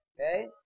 Okay